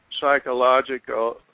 psychological